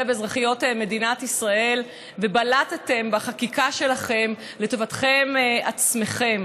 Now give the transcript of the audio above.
ואזרחיות מדינת ישראל ובלטתם בחקיקה שלכם לטובתכם עצמכם: